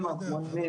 בימים הקרובים,